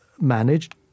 managed